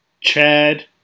Chad